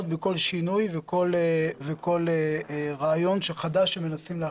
אנחנו צריכים להישמר מאוד מאוד מכל שינוי וכל רעיון חדש שמנסים בו.